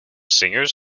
singers